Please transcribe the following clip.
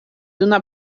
una